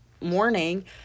morning